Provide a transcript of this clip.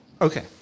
Okay